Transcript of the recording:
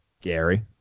Gary